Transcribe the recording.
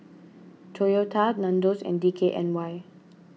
Toyota Nandos and D K N Y